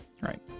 Right